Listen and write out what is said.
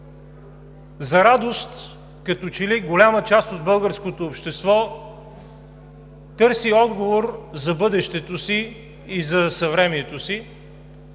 За радост, като че ли, голяма част от българското общество търси отговор за бъдещето си и за съвремието си